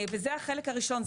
וזה החלק הראשון,